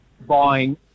buying